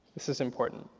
this is important.